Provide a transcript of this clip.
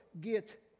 get